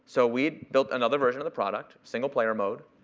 so we built another version of the product, single-player mode.